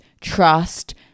trust